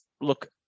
look